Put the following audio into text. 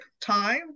time